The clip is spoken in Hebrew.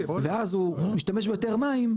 ואז הוא משתמש ביותר מים,